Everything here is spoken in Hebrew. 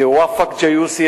מואפק ג'יוסי,